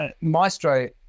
Maestro